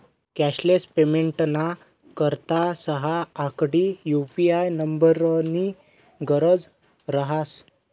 cashless पेमेंटना करता सहा आकडी यु.पी.आय नम्बरनी गरज रहास